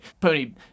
Pony